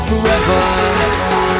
Forever